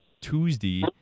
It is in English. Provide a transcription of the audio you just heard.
Tuesday